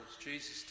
Jesus